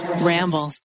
Ramble